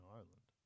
Ireland